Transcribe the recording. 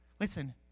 Listen